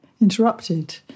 interrupted